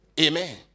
Amen